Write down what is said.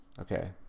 okay